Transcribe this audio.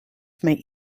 may